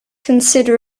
consider